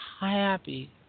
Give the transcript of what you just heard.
happy